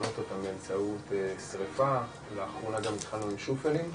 קצין מודיעין של מרחב הנגב.